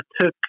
Took